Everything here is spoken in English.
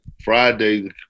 Friday